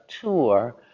tour